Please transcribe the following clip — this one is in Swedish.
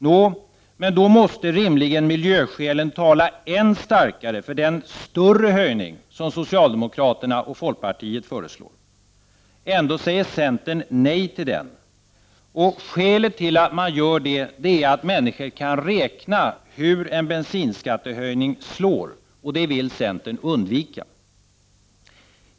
Nå, då måste rimligen miljöskälen tala än starkare för den större höjning som socialdemokraterna och folkpartiet föreslår. Ändå säger centern nej till den. Skälet till att göra det är att människor kan räkna hur en bensinskattehöjning slår. Det vill centern undvika.